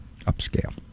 upscale